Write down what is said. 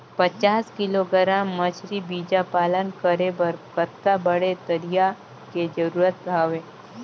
पचास किलोग्राम मछरी बीजा पालन करे बर कतका बड़े तरिया के जरूरत हवय?